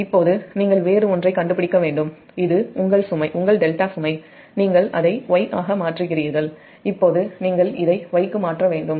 இப்போது நீங்கள் வேறு ஒன்றைக் கண்டுபிடிக்க வேண்டும் இது உங்கள் ∆ சுமை நீங்கள் அதை Y ஆக மாற்றுகிறீர்கள் இப்போது நீங்கள் இதை Y க்கு மாற்ற வேண்டும்